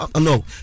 no